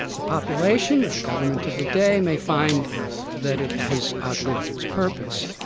the population or the government of the day may find that it has outlived its purpose.